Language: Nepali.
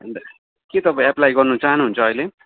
अन्त के तपाईँ एप्लाई गर्नु चाहनुहुन्छ अहिले